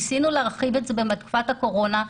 ניסינו להרחיב את זה בתקופת הקורונה,